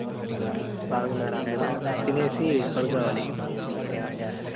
బాగున్నారు అందరు తినేసి పడుకోవాలి